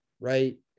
right